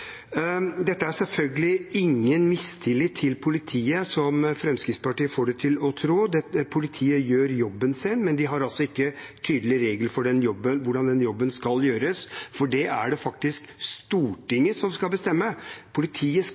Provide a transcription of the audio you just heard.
Dette er selvfølgelig ingen mistillit til politiet, som Fremskrittspartiet får en til å tro. Politiet gjør jobben sin, men de har altså ikke tydelige regler for hvordan den jobben skal gjøres, for det er det faktisk Stortinget som skal bestemme. Politiet